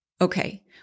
Okay